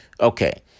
okay